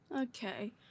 okay